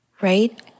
Right